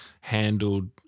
handled